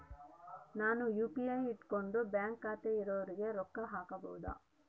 ನಾನು ಯು.ಪಿ.ಐ ಇಟ್ಕೊಂಡು ಬ್ಯಾಂಕ್ ಖಾತೆ ಇರೊರಿಗೆ ರೊಕ್ಕ ಹಾಕಬಹುದಾ?